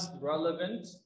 relevant